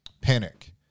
panic